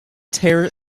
tear